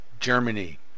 Germany